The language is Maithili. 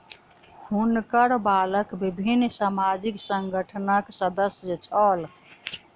हुनकर बालक विभिन्न सामाजिक संगठनक सदस्य छला